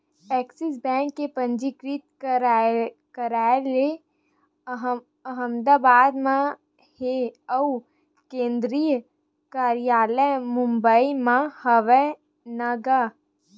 Axis bank के पंजीकृत कारयालय अहमदाबाद म हे अउ केंद्रीय कारयालय मुबई म हवय न गा